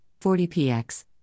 40px